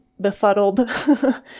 befuddled